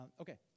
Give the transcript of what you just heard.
Okay